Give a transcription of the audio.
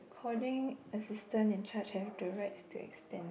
coding assistant in charge have the rights to extend